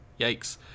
Yikes